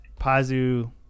Pazu